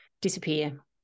disappear